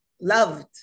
loved